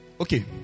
Okay